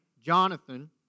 Jonathan